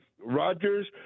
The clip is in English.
Rodgers